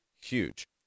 huge